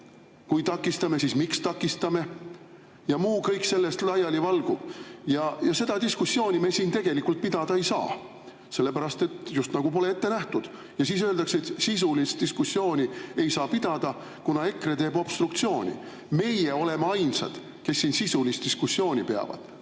Kui takistame, siis miks takistame, ja muu kõik sellest laialivalguv. Ja seda diskussiooni me siin tegelikult pidada ei saa, sellepärast et justnagu pole ette nähtud. Ja siis öeldakse, et sisulist diskussiooni ei saa pidada, kuna EKRE teeb obstruktsiooni. Meie oleme ainsad, kes siin sisulist diskussiooni peavad.